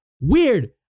weird